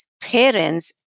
parents